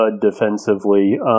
defensively